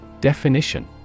Definition